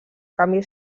canvi